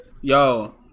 Yo